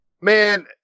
man